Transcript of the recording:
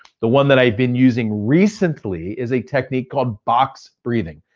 the one that i've been using recently is a technique called box breathing.